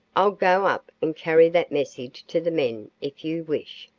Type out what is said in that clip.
i'll go up and carry that message to the men, if you wish.